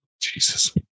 Jesus